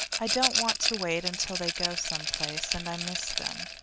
i don't want to wait until they go some place, and i miss them.